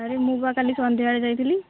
ଆରେ ମୁଁ ବା କାଲି ସନ୍ଧ୍ୟାବେଳେ ଯାଇଥିଲି